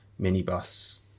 minibus